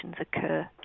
occur